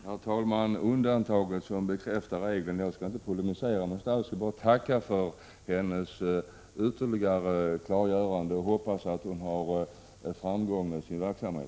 Herr talman! Det är undantagen som bekräftar regeln. Jag skall dock inte polemisera mot statsrådet, utan tackar för hennes ytterligare klargörande och hoppas att hon har framgång i sin verksamhet.